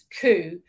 coup